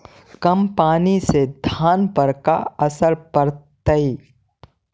कम पनी से धान पर का असर पड़तायी?